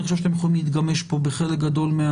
אני חושב שאתם יכולים להתגמש כאן בחלק גדול.